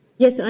Yes